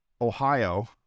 Ohio